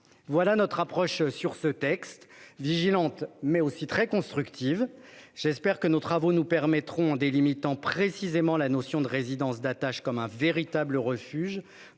Voilà notre réaction à ce texte : vigilante, mais aussi très constructive. J'espère que nos travaux nous permettront, en délimitant précisément la notion de résidence d'attache comme un véritable refuge,